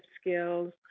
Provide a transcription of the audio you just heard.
skills